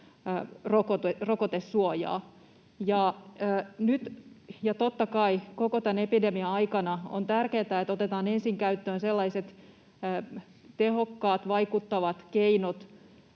rokotesuojaa. Nyt ja totta kai koko tämän epidemian aikana on tärkeätä, että otetaan ensin käyttöön sellaiset tehokkaat vaikuttavat keinot